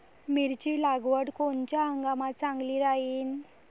मिरची लागवड कोनच्या हंगामात चांगली राहीन?